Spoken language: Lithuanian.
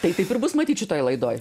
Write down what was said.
tai taip ir bus matyt šitoj laidoj